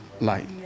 light